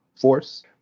Force